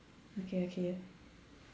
okay okay